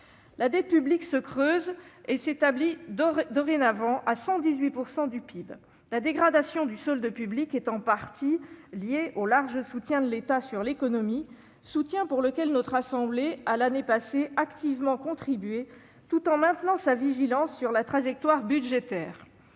La dette publique se creuse et s'établit dorénavant à 118 % du PIB. La dégradation du solde public est en partie liée au large soutien de l'État à l'économie, soutien auquel notre assemblée a activement contribué l'an passé, tout en maintenant sa vigilance sur la trajectoire budgétaire.